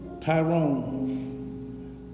Tyrone